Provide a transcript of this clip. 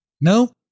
No